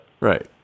Right